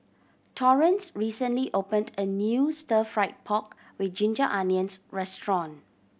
Torrence recently opened a new Stir Fried Pork With Ginger Onions restaurant